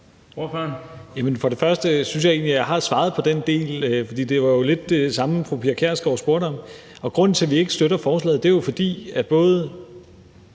(S): Jeg synes egentlig, at jeg har svaret på den del, for det var jo lidt det samme, fru Pia Kjærsgaard spurgte om. Og grunden til, at vi ikke støtter forslaget, er jo, at både